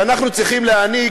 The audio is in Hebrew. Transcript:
שאנחנו צריכים להעניק.